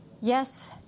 Yes